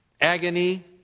Agony